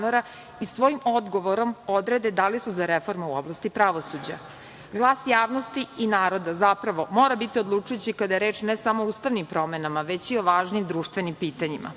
i svojim odgovorom odrede da li su za reforme u oblasti pravosuđa. Glas javnosti i naroda zapravo mora biti odlučujući kada je reč ne samo o ustavnim promenama, već i o važnim društvenim pitanjima. Osim